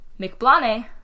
McBlane